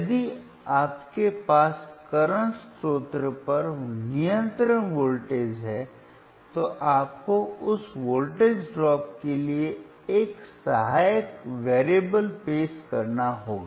यदि आपके पास करंट स्रोत पर नियंत्रण वोल्टेज है तो आपको उस वोल्टेज ड्रॉप के लिए एक सहायक चर पेश करना होगा